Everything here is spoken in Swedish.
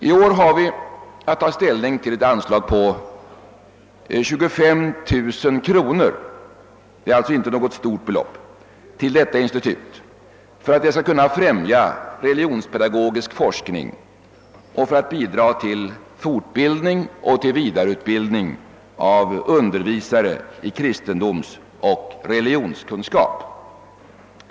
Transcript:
I år har vi att ta ställning till ett anslag på 25 000 kronor till detta institut för att kunna främja religionspedagogisk forskning och för att bidra till fortbildning och vidareutbildning av undervisare i kristendomsoch religionskunskap.